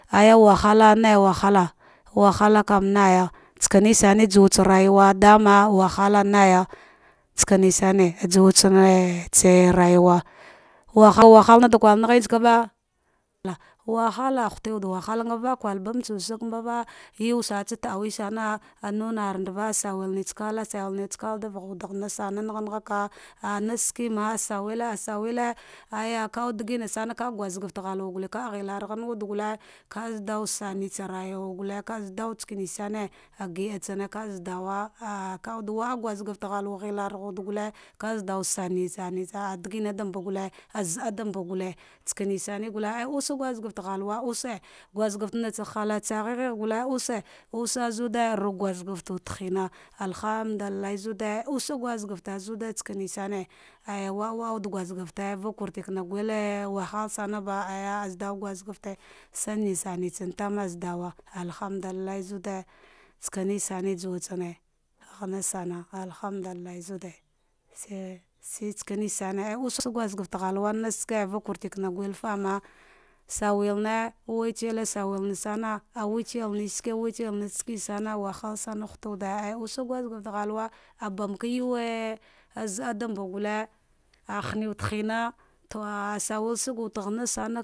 Aya wahala nai wahda wahalakam naiya damatsanke shne juwa tsa rayuwa amma wahala naya sakanesane juwatsa tsane yrayuwa wahalwalana da kur naghenkavana wahala hute wude wahala, ngavak kwar badilsag mava yausame tsa tadawe yuwsan nunendava asal wel natsa kala sawal natsa kala davaghanasana nashike ma saweri asawel asawel ay awde dagi nasana ka guskefte ghawa ghelgham wude gugule ka zadaw sanyitsa rawagule kaldushi nishine agiah tsane agida tsane kadawa ka wude wa ah gaskefta ghalwa gnel ghan wude ka zadau sane same digina dana gule zadamba gule tsane sane gule a wuse guskefta ghalwa guuskefte nalsa hatse wude, guskefte natsa nalai tsi gheghe mar use gule use zude ruk guskefte wuda ina alhamdulillah zude ouje guskefte zude sakane sane aya wawar wude guskefte vage kartena tsa wude wahalsana ba azdauva gaskette sanya saneye alhamdulillah zade ske ne sane juwutsane hanarsam alhamdulillaha zud sai shi tsakane sane ous guskefte ghalwa avaga kwartigna gurfana sawelne ahwata watsel sane, sawelna awel neskensana wahalsana wahalsana ghita wude ouse guskefte ghawa, abamke yewu zad dambe gule ahami wude hina to a sawel sagate ngha.